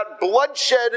bloodshed